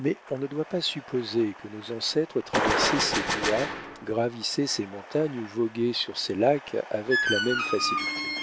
mais on ne doit pas supposer que nos ancêtres traversaient ces bois gravissaient ces montagnes ou voguaient sur ces lacs avec la même facilité